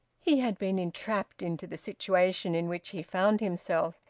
he had been entrapped into the situation in which he found himself.